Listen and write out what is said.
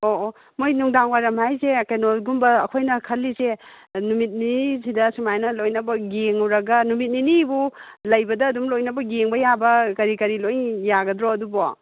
ꯑꯣ ꯑꯣ ꯃꯣꯏ ꯅꯨꯡꯗꯥꯡ ꯋꯥꯏꯔꯝ ꯍꯥꯏꯁꯦ ꯀꯩꯅꯣꯒꯨꯝꯕ ꯑꯩꯈꯣꯏꯅ ꯈꯜꯂꯤꯁꯦ ꯅꯨꯃꯤꯠ ꯅꯤꯅꯤꯁꯤꯗ ꯁꯨꯃꯥꯏꯅ ꯂꯣꯏꯅꯃꯛ ꯌꯦꯡꯉꯨꯔꯒ ꯅꯨꯃꯤꯠ ꯅꯤꯅꯤꯕꯨ ꯂꯩꯕꯗ ꯑꯗꯨꯝ ꯂꯣꯏꯅꯃꯛ ꯌꯦꯡꯕ ꯌꯥꯕ ꯀꯔꯤ ꯀꯔꯤ ꯂꯣꯏ ꯌꯥꯒꯗ꯭ꯔꯣ ꯑꯗꯨꯕꯣ